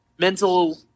Mental